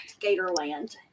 Gatorland